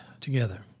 together